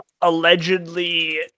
allegedly